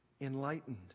enlightened